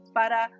para